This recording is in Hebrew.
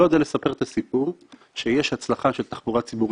לא יודע לספר את הסיפור שיש הצלחה של תחבורה ציבורית